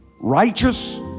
righteous